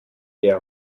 her